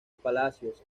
palacios